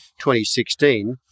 2016